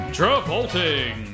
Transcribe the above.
Travolting